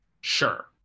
sure